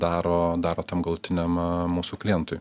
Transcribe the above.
daro daro tam galutiniam mūsų klientui